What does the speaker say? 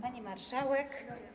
Pani Marszałek!